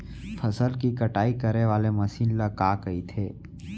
फसल की कटाई करे वाले मशीन ल का कइथे?